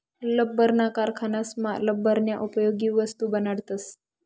लब्बरना कारखानासमा लब्बरन्या उपयोगी वस्तू बनाडतस